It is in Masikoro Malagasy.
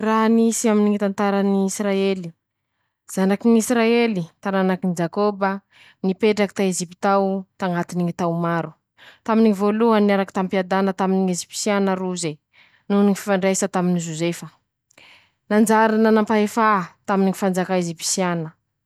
Raha nisy aminy ñy tantaran' ny Isiraely: Zanaky ñ'Isiraely taranaky jakoba nipetraky ta Eziptao tañatiny ñy tao maro, taminy voalohany niaraky tampiadana taminy ñ'Ezipisianina roze noho ñy fifandraisa taminy Jozefa, nanjary nana mpaefà, taminy ñy fanjakà Ezipisianina.